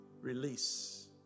Release